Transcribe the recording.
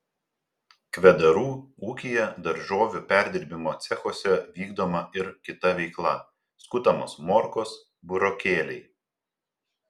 kvedarų ūkyje daržovių perdirbimo cechuose vykdoma ir kita veikla skutamos morkos burokėliai